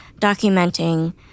documenting